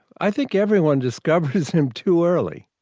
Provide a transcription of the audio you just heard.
i think everyone discovers him too early.